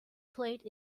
plate